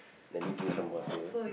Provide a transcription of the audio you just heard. let me drink some water